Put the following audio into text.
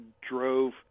drove